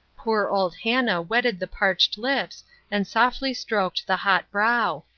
poor old hannah wetted the parched lips and softly stroked the hot brow,